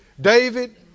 David